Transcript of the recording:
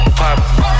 pop